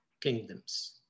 kingdoms